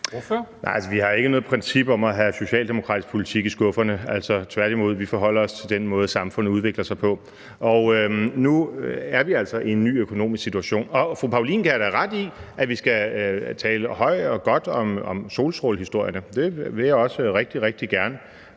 Vi har ikke noget princip om at have socialdemokratisk politik i skufferne. Tværtimod, vi forholder os til den måde, samfundet udvikler sig på. Nu er vi altså i en ny økonomisk situation, og fru Anne Paulin kan da have ret i, at vi skal tale højt og godt om solstrålehistorierne, det vil jeg også rigtig, rigtig gerne,